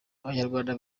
abanyarwanda